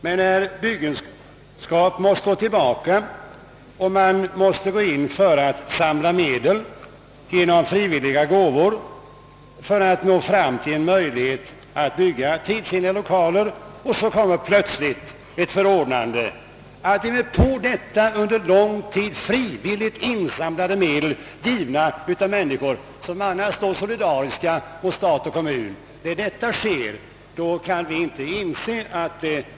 Men när det nu, sedan man ute i de olika kristna samfunden kanske under lång tid samlat in medel i form av frivilliga gåvor för att få en möjlighet att bygga tidsenliga lokaler, plötsligt kommer en sådan här förordning som stoppar dessa byggen måste vi säga ifrån hur vi tänker och ser på det hela.